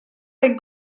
ben